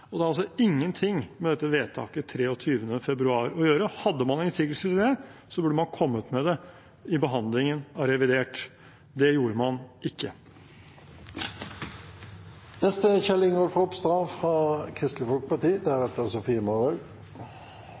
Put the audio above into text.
og det har ingenting med dette vedtaket 23. februar å gjøre. Hadde man innsigelser til det, burde man kommet med det i behandlingen av revidert. Det gjorde man ikke. Jeg kunne egentlig ha trukket meg fra